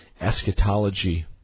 eschatology